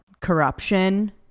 corruption